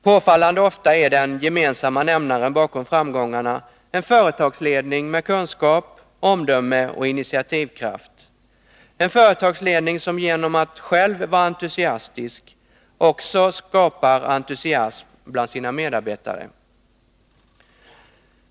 Påfallande ofta är det gemensamma nämnare bakom framgångarna. En företagsledning med kunskap, omdöme och initiativkraft, en företagsledning som genom att själv vara entusiastisk också skapar entusiasm bland sina medarbetare.